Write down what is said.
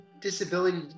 disability